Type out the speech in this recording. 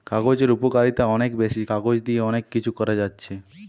কাগজের উপকারিতা অনেক বেশি, কাগজ দিয়ে অনেক কিছু করা যাচ্ছে